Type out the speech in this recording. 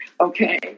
okay